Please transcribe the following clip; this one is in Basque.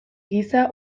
giza